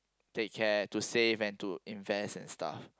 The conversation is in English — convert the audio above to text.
take care to save and to invest and stuff